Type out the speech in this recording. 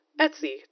Etsy